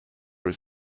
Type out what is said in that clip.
was